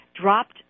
dropped